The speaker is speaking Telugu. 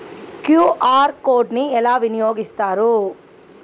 క్యూ.ఆర్ కోడ్ ని ఎలా వినియోగిస్తారు?